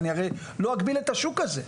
אני הרי לא אגביל את השוק הזה.